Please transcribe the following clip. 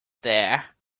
there